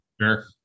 Sure